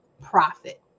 profit